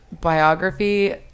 biography